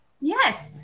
Yes